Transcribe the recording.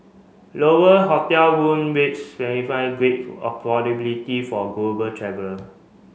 lower hotel room rates signify great affordability for global traveller